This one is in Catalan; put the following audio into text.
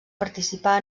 participar